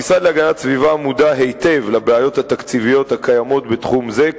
המשרד להגנת הסביבה מודע היטב לבעיות התקציביות הקיימות בתחום זה,